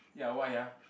ya why ah